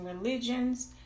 religions